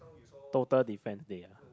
total defence day ah